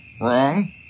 Wrong